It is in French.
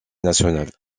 nationales